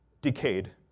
decayed